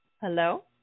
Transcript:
Hello